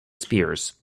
spears